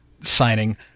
signing